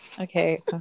Okay